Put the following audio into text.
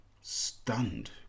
Stunned